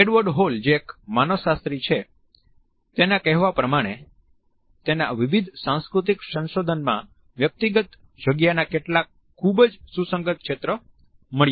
Edward Hall જે એક માનવશાસ્ત્રી છે તેના કહેવા પ્રમાણે તેના વિવિધ સાંસ્કૃતિક સંશોધનમાં વ્યક્તિગત જગ્યાના કેટલાક ખૂબ જ સુસંગત ક્ષેત્ર મળ્યા છે